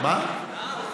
הוא נאם.